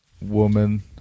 woman